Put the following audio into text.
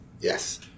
Yes